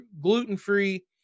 gluten-free